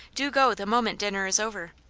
do go the moment dinner is over.